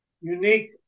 unique